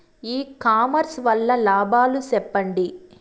ఇ commerce వల్ల లాభాలు సెప్పండి?